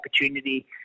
opportunity